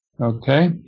Okay